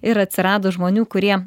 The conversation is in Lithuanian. ir atsirado žmonių kurie